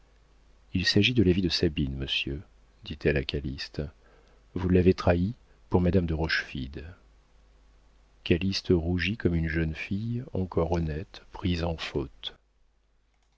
il s'agit de la vie de sabine monsieur dit-elle à calyste vous l'avez trahie pour madame de rochefide calyste rougit comme une jeune fille encore honnête prise en faute